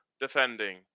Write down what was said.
defending